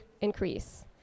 increase